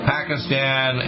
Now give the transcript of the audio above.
Pakistan